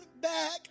back